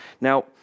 Now